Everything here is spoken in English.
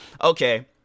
okay